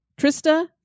Trista